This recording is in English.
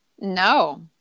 No